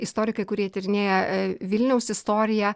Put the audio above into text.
istorikai kurie tyrinėja vilniaus istoriją